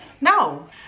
No